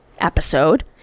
episode